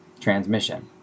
transmission